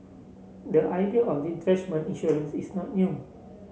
the ideal of retrenchment insurance is not new